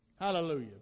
Hallelujah